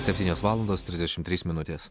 septynios valandos trisdešimt trys minutės